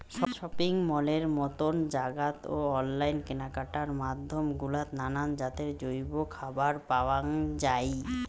shopping মলের মতন জাগাত ও অনলাইন কেনাকাটার মাধ্যম গুলাত নানান জাতের জৈব খাবার পাওয়াং যাই